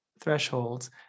thresholds